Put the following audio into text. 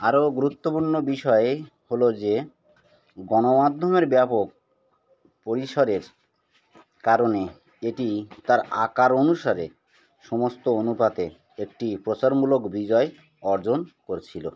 আরও গুরুত্বপূর্ণ বিষয় হলো যে গণমাধ্যমের ব্যাপক পরিসরের কারণে এটি তার আকার অনুসারে সমস্ত অনুপাতে একটি প্রচারমূলক বিজয় অর্জন করছিলো